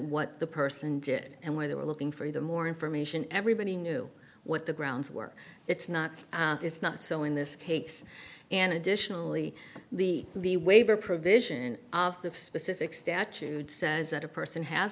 what the person did and where they were looking for the more information everybody knew what the grounds were it's not it's not so in this case and additionally the the waiver provision of the specific statute says that a person has